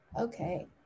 Okay